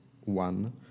one